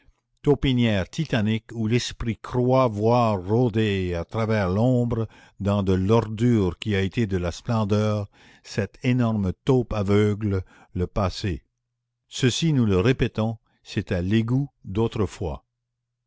taupinière titanique où l'esprit croit voir rôder à travers l'ombre dans de l'ordure qui a été de la splendeur cette énorme taupe aveugle le passé ceci nous le répétons c'était l'égout d'autrefois